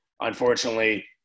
Unfortunately